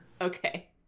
Okay